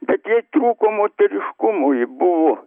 bet jai trūko moteriškumo ji buvo